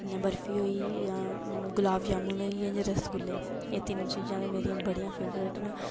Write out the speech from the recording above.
बर्फी होई गेई गुलाबजामुन होई गे रसगुल्ले एह तिन चीजां मेरियां बड़ियां फेवरेट न